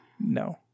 No